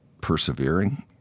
persevering